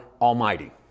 Almighty